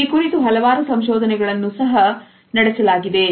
ಈ ಕುರಿತು ಹಲವಾರು ಸಂಶೋಧನೆಗಳನ್ನು ಸಹ ನಡೆಸಲಾಗಿದೆ